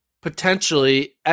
potentially